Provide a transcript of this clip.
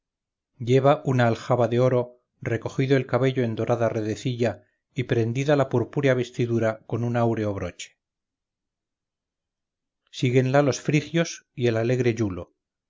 lleva una aljaba de oro recogido el cabello en dorada redecilla y prendida la purpúrea vestidura con un áureo broche síguenla los frigios y el alegre iulo